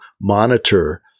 monitor